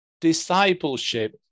discipleship